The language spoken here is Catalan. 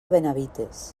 benavites